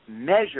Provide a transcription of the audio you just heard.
measure